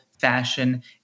fashion